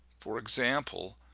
for example,